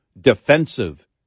defensive